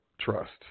Trust